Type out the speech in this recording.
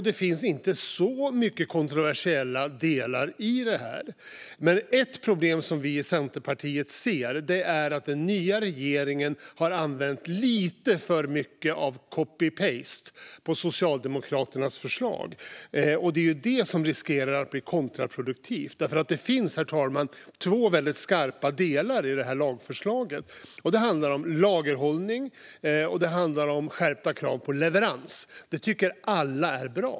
Det finns inte många kontroversiella delar i detta. Men ett problem som vi i Centerpartiet ser är att den nya regeringen har använt sig lite för mycket av copy and paste när det gäller Socialdemokraternas förslag. Det är det som riskerar att bli kontraproduktivt. Det finns nämligen, herr talman, två väldigt skarpa delar i detta lagförslag. Det handlar om lagerhållning, och det handlar om skärpta krav på leverans. Det tycker alla är bra.